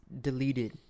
deleted